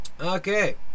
okay